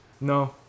No